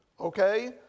okay